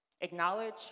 acknowledge